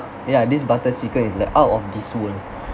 ya this butter chicken is like out of this world